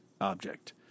object